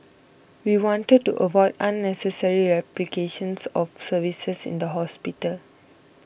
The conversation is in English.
we wanted to avoid unnecessary replications of services in the hospital